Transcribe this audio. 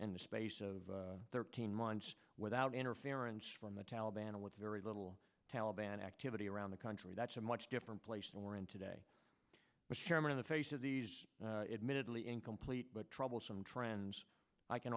and the space of thirteen months without interference from the taliban and with very little taliban activity around the country that's a much different place than we're in today with the chairman of the face of these admittedly incomplete but troublesome trends i can